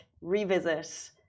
revisit